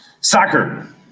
Soccer